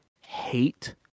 hate